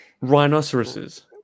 rhinoceroses